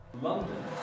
London